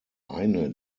eine